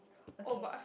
okay